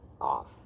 off